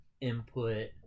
input